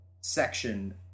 section